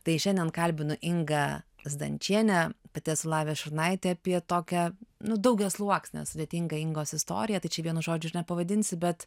tai šiandien kalbinu ingą zdančienę pati esu lavija šurnaitė apie tokią nu daugiasluoksnę sudėtingą ingos istoriją tai čia vienu žodžiu ir nepavadinsi bet